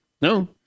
no